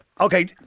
Okay